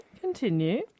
Continue